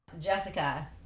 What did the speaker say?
Jessica